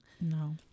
No